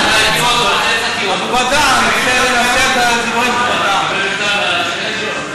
יש מצוקה גדולה מאוד בקרב יהודי צרפת.